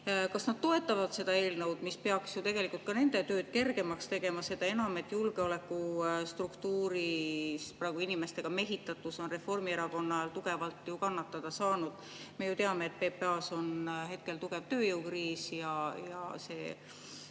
Kas nad toetavad seda eelnõu, mis peaks ju tegelikult ka nende tööd kergemaks tegema? Julgeolekustruktuuris on ju inimestega mehitatus Reformierakonna ajal tugevalt kannatada saanud. Me teame, et PPA‑s on suur tööjõukriis ja see